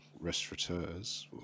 restaurateurs